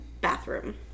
bathroom